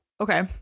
Okay